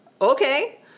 Okay